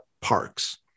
parks